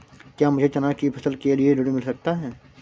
क्या मुझे चना की फसल के लिए ऋण मिल सकता है?